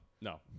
no